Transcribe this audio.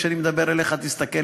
כשאני מדבר אליך תסתכל